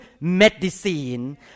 medicine